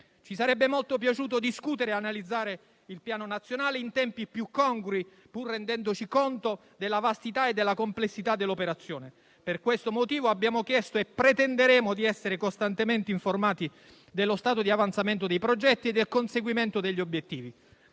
Ci sarebbe molto piaciuto discutere e analizzare il Piano nazionale in tempi più congrui, pur rendendoci conto della vastità e della complessità dell'operazione. Per questo motivo, abbiamo chiesto e pretenderemo di essere costantemente informati dello stato di avanzamento dei progetti e del conseguimento degli obiettivi.